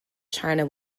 china